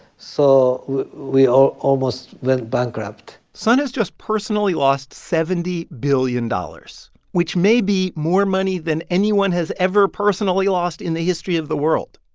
so we almost went bankrupt son has just personally lost seventy billion dollars, which may be more money than anyone has ever personally lost in the history of the world.